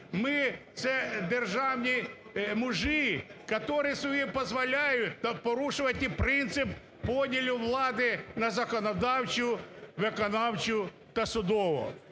– це державні мужі, которие собі позволяють порушувати принцип поділу влади на законодавчу, виконавчу та судову.